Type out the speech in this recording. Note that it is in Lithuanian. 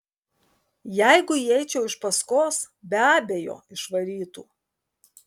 jeigu įeičiau iš paskos be abejo išvarytų